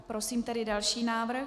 Prosím tedy další návrh.